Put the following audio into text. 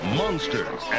monsters